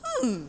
mmhmm